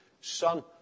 son